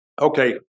Okay